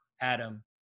Adam